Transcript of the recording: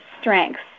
strengths